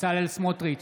בצלאל סמוטריץ'